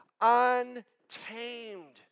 untamed